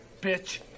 bitch